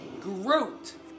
Groot